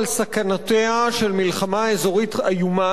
דיברנו על סכנותיה של מלחמה אזורית איומה,